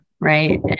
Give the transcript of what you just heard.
right